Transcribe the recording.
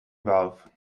valve